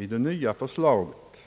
I det nya förslaget står